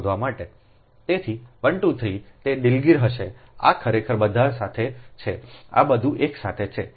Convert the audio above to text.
તેથી 1 2 3 તે આ દિલગીર હશેઆ ખરેખર બધા સાથે છે આ બધું એક સાથે છે